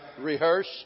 Rehearse